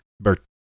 Bert